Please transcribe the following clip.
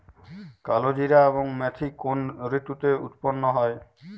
কালোজিরা এবং মেথি কোন ঋতুতে উৎপন্ন হয়?